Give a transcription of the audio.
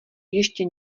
ještě